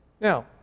Now